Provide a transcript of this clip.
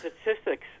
statistics